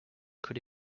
could